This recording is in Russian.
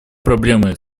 проблемы